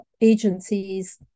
agencies